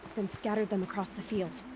then scattered them across the field.